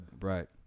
right